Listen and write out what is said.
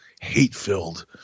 hate-filled